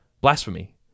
blasphemy